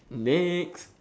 next